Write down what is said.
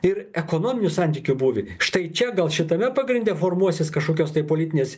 ir ekonominių santykių būvį štai čia gal šitame pagrinde formuosis kažkokios tai politinės